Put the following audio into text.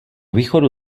východu